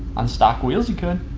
on stock wheels you could.